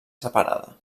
separada